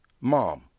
mom